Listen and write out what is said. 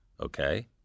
Okay